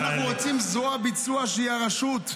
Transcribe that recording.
אנחנו רוצים זרוע ביצוע שהיא הרשות,